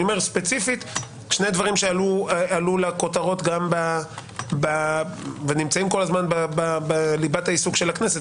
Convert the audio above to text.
ספציפית שני דברים שעלו לכותרות ונמצאים כל הזמן בליבת העיסוק של הכנסת,